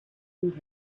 who